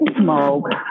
smoke